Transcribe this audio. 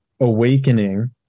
awakening